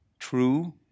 true